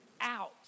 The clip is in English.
out